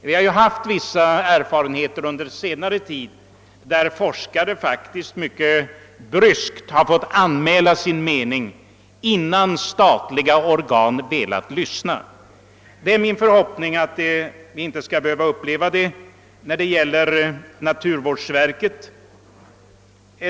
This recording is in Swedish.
Vi har faktiskt under senare tid haft vissa erfarenheter av att forskare mycket bryskt har måst anmäla sin mening innan statliga organ velat lyssna till dem. Det är emellertid min förhoppning att vi inte skall behöva uppleva detta när det gäller naturvårdsverket.